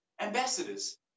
ambassadors